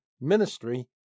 ministry